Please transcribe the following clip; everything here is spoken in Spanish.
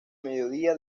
mediodía